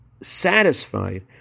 satisfied